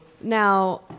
Now